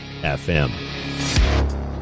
fm